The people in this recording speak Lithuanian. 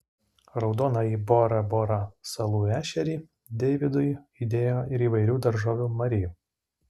raudonąjį bora bora salų ešerį davidui įdėjo ir įvairių daržovių mari